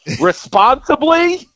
responsibly